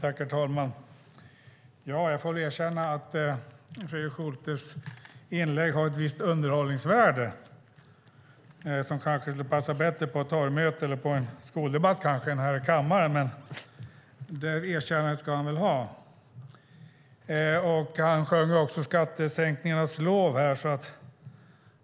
Herr talman! Jag får väl erkänna att Fredrik Schultes inlägg hade ett visst underhållningsvärde. Det kanske hade passat bättre på ett torgmöte eller i en skoldebatt än här i kammaren, men det erkännandet ska han väl ha. Han sjöng också skattesänkningarnas lov.